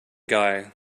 guy